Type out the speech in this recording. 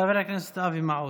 חבר הכנסת אבי מעוז,